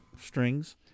strings